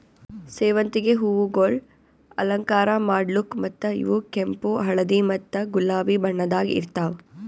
ಸೇವಂತಿಗೆ ಹೂವುಗೊಳ್ ಅಲಂಕಾರ ಮಾಡ್ಲುಕ್ ಮತ್ತ ಇವು ಕೆಂಪು, ಹಳದಿ ಮತ್ತ ಗುಲಾಬಿ ಬಣ್ಣದಾಗ್ ಇರ್ತಾವ್